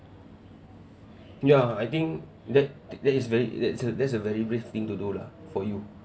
ya I think that that is very that's a that's a very brave thing to do lah for you